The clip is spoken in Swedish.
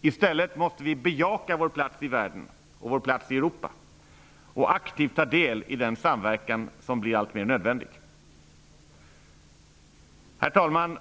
I stället måste vi bejaka vår plats i världen och vår plats i Europa samt aktivt ta del i den samverkan som blir alltmer nödvändig. Herr talman!